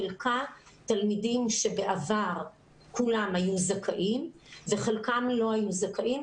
חלקה תלמידים שבעבר כולם היו זכאים וחלקם לא היו זכאים.